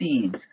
seeds